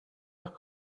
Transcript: heure